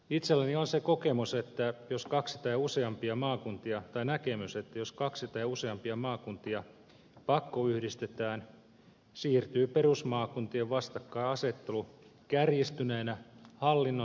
itselläni on se kokemus että jos kaksi tai useampia maakuntia tai näkemys että jos kaksi maakuntaa tai useampia pakkoyhdistetään siirtyy perusmaakuntien vastakkainasettelu kärjistyneenä hallinnon sisälle